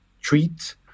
treat